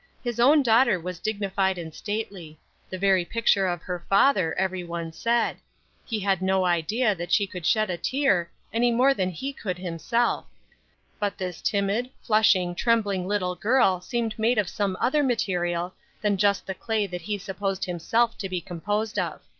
his own daughter was dignified and stately the very picture of her father, every one said he had no idea that she could shed a tear any more than he could himself but this timid, flushing, trembling little girl seemed made of some other material than just the clay that he supposed himself to be composed of.